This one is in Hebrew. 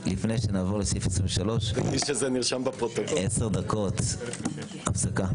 שנעבור לסעיף 23, עשר דקות הפסקה.